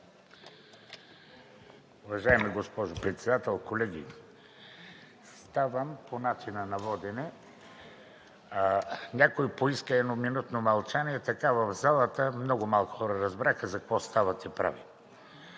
Уважаема госпожо Председател, колеги! Ставам по начина на водене. Някой поиска едноминутно мълчание, а в залата много малко хора разбраха за какво ставате прави.